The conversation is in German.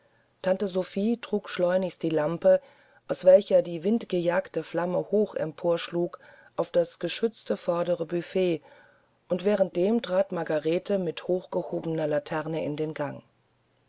tante tophie trug schleunigst die lampe aus welcher die windgejagte flamme hoch emporschlug auf das geschützte vordere büffett und währenddem betrat margarete mit hochgehobener laterne den gang